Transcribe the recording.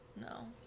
no